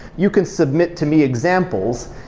you can submit to me examples,